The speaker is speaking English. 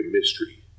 mystery